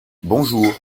bonjour